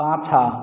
पाछाँ